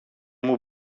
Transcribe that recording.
μου